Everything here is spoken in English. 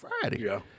Friday